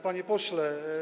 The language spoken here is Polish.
Panie Pośle!